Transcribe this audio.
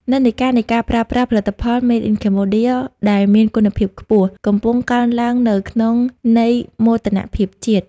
និន្នាការនៃការប្រើប្រាស់ផលិតផល "Made in Cambodia" ដែលមានគុណភាពខ្ពស់ កំពុងកើនឡើងវិញក្នុងន័យមោទនភាពជាតិ។